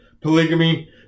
polygamy